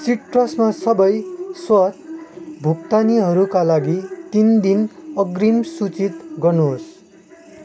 सिट्रसमा सबै स्वत भुक्तानीहरूका लागि तिन दिन अग्रिम सूचित गर्नुहोस्